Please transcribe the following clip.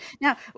Now